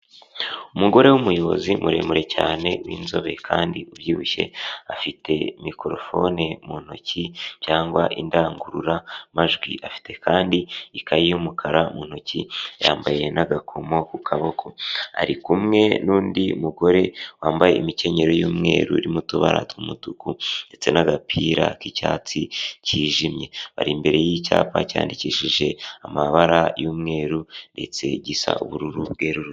Umugore w'umuyobozi muremure cyane w'inzobe kandi ubyibushye, afite mokirofone mu ntoki cyangwa indangururamajwi afite kandi ikayi y'umukara mu ntoki yambaye n'agakomo ku kaboko, ari kumwe n'undi mugore wambaye imikenyero y'umweru irimo utubara tw'umutuku ndetse n'agapira k'icyatsi kijimye, bari imbere y'icyapa cyandikishije amabara y'umweru ndetse gisa ubururu bwerurutse.